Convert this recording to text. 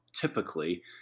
typically